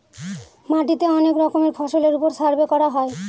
মাটিতে অনেক রকমের ফসলের ওপর সার্ভে করা হয়